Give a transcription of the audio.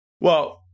Well-